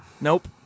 Nope